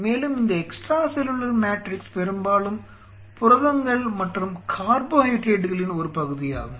மேலும் இந்த extra cellular matrix பெரும்பாலும் புரதங்கள் மற்றும் கார்போஹைட்ரேட்டுகளின் ஒரு பகுதியாகும்